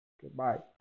goodbye